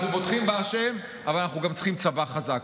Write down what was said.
אנחנו בוטחים בהשם, אבל אנחנו גם צריכים צבא חזק.